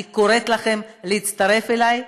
אני קוראת לכם להצטרף אליי,